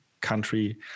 country